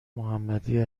محمدی